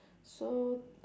so